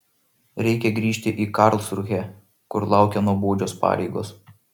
reikia grįžti į karlsrūhę kur laukia nuobodžios pareigos